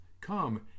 Come